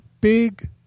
big